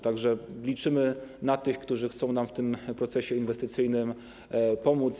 Tak że liczymy na tych, którzy chcą nam w tym procesie inwestycyjnym pomóc.